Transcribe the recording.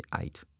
eight